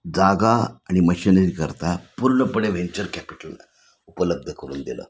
जागा आणि मशिनरीकरता पूर्णपणे व्हेंचर कॅपिटल उपलब्ध करून दिलं